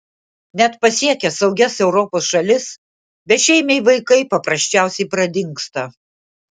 net pasiekę saugias europos šalis bešeimiai vaikai paprasčiausiai pradingsta